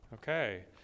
Okay